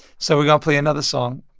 so we're going to play another song.